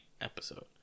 episode